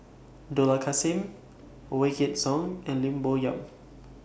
Dollah Kassim Wykidd Song and Lim Bo Yam